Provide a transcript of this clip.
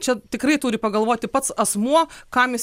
čia tikrai turi pagalvoti pats asmuo kam jis